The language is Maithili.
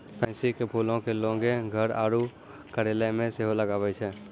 पैंसी के फूलो के लोगें घर आरु कार्यालय मे सेहो लगाबै छै